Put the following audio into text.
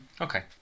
okay